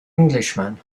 englishman